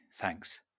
thanks